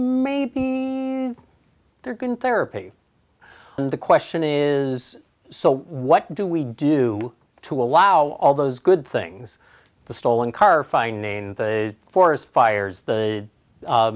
maybe they're good therapy and the question is so what do we do to allow all those good things the stolen car fine nane the forest fires the